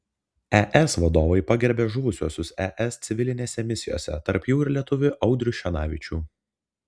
es vadovai pagerbė žuvusiuosius es civilinėse misijose tarp jų ir lietuvį audrių šenavičių